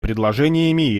предложениями